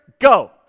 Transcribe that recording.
Go